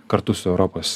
kartu su europos